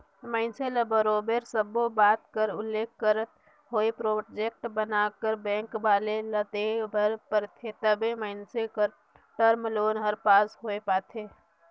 मइनसे ल बरोबर सब्बो बात कर उल्लेख करत होय प्रोजेक्ट बनाकर बेंक वाले ल देय बर परथे तबे मइनसे कर टर्म लोन हर पास होए पाथे